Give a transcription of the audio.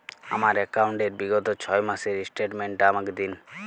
আমার অ্যাকাউন্ট র বিগত ছয় মাসের স্টেটমেন্ট টা আমাকে দিন?